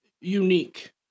unique